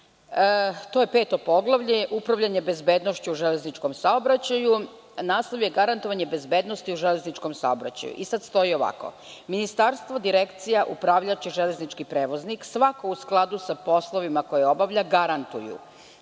je Peto poglavlje, upravljanje bezbednošću u železničkom saobraćaju, a naslov je garantovanje bezbednosti u železničkom saobraćaju. Stoji ovako – Ministarstvo, Direkcija upravljaće železnički prevoznik svako u skladu sa poslovima koje obavlja, garantuju